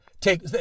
take